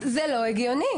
זה לא הגיוני.